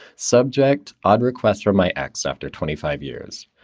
subject odd requests from my ex after twenty five years,